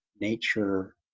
nature